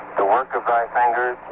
the work of thy fingers,